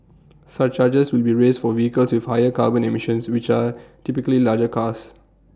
surcharges will be raised for vehicles with higher carbon emissions which are typically larger cars